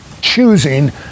Choosing